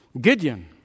Gideon